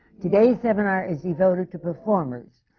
today's seminar is devoted to performers.